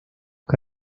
que